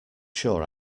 sure